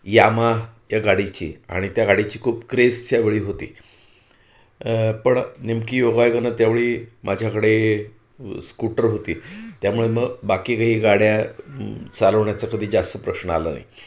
Yamaha या गाडीची आणि त्या गाडीची खूप क्रेस त्यावेळी होती पण नेमकी योगायोगाने त्यावेळी माझ्याकडे स्कूटर होती त्यामुळे मग बाकी काही गाड्या चालवण्याचा कधी जास्त प्रश्न आला नई